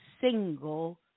single